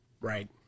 right